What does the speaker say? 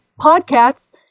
podcasts